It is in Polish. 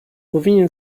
powinien